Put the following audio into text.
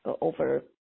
over